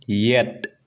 ꯌꯦꯠ